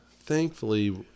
thankfully